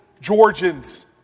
Georgians